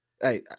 Hey